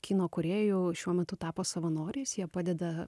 kino kūrėjų šiuo metu tapo savanoriais jie padeda